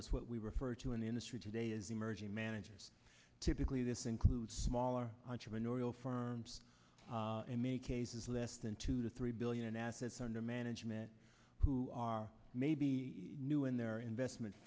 is what we refer to an industry today is emerging managers typically this includes smaller entrepreneurial firms cases less than two to three billion in assets under management who are maybe new in their investment